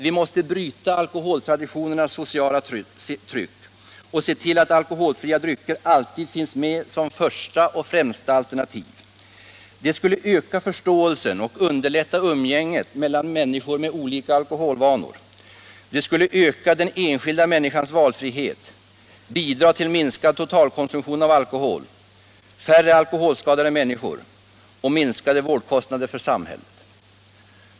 Vi måste bryta alkoholtraditionernas sociala tryck och se till att alkoholfria drycker alltid finns med som första och främsta alternativ. Det skulle öka förståelsen och underlätta umgänget mellan människor med olika alkoholvanor. Det skulle öka den enskilda människans valfrihet och bidra till minskad totalkonsumtion av alkohol samt leda till färre alkoholskadade människor och minskade vårdkostnader för samhället.